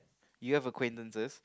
you have acquaintances